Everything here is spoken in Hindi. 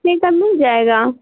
कितने का मिल जाएगा